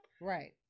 Right